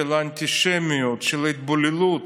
של האנטישמיות, של ההתבוללות,